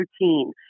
routine